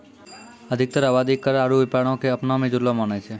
अधिकतर आवादी कर आरु व्यापारो क अपना मे जुड़लो मानै छै